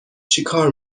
چیکار